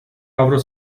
avro